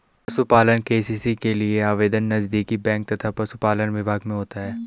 पशुपालन के.सी.सी के लिए आवेदन नजदीकी बैंक तथा पशुपालन विभाग में होता है